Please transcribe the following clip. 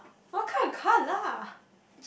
what kind of car lah